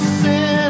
sin